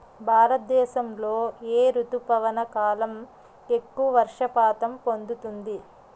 భారతదేశంలో ఏ రుతుపవన కాలం ఎక్కువ వర్షపాతం పొందుతుంది?